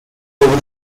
over